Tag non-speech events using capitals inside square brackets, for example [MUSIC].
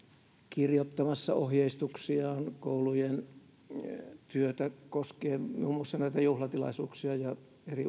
kirjoittamassa ohjeistuksiaan koulujen työtä koskien muun muassa näitä juhlatilaisuuksia ja eri [UNINTELLIGIBLE]